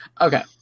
Okay